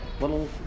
little